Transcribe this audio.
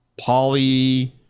poly